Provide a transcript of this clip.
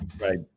right